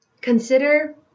consider